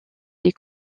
des